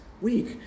week